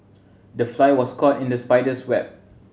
the fly was caught in the spider's web